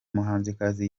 muhanzikazi